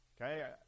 Okay